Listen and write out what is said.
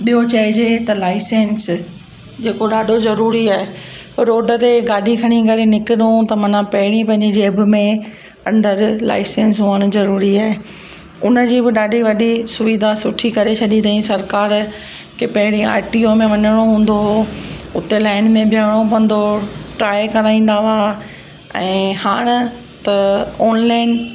ॿियों चइजे त लाइसेंस जेको ॾाढो ज़रूरी आहे रोड ते गाॾी खणी करे निकिरूं त माना पहिरीं पंहिंजे जेब में अंदरि लाइसेंस हुअणु ज़रूरी आहे उन जी बि ॾाढी वॾी सुविधा सुठी करे छॾी ताईं सरकार की पहिरें आर टी ओ में वञिणो हूंदो हुओ उते लाइन में बीहणो पवंदो हुओ ट्राए कराईंदा हुआ ऐं हाणे त ऑनलाइन